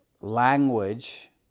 language